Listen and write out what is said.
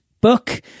book